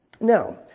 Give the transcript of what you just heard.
Now